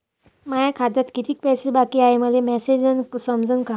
माया खात्यात कितीक पैसे बाकी हाय हे मले मॅसेजन समजनं का?